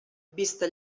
vista